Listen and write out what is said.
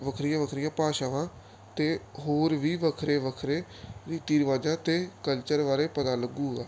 ਵੱਖਰੀਆਂ ਵੱਖਰੀਆਂ ਭਾਸ਼ਾਵਾ ਅਤੇ ਹੋਰ ਵੀ ਵੱਖਰੇ ਵੱਖਰੇ ਰੀਤੀ ਰਿਵਾਜਾਂ ਅਤੇ ਕਲਚਰ ਬਾਰੇ ਪਤਾ ਲੱਗੂਗਾ